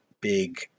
big